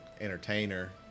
Entertainer